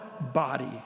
body